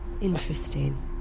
Interesting